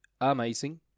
amazing